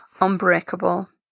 unbreakable